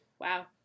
Wow